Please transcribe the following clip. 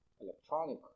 electronic